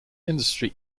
industry